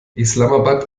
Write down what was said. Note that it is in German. islamabad